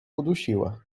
udusiła